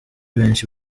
benshi